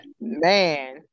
Man